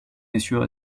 messieurs